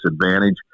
disadvantage